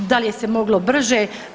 Da li je se moglo brže?